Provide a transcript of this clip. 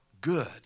good